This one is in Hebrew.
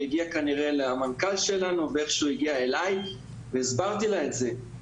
היא הגיעה כנראה למנכ"ל שלנו והסברתי לה את זה.